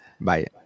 Bye